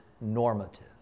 normative